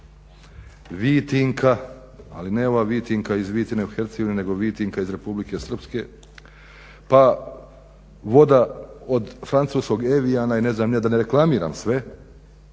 Vitinka, ali ne ova vitinka iz Vitine u Hercegovini, nego Vitinka iz Republike Srpske, pa voda od francuskog Eviana i ne znam ni ja, da ne reklamiram sve